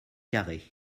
carré